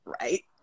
Right